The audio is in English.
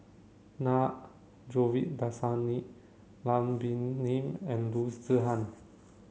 Na Govindasamy Lam Pin Min and Loo Zihan